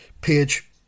page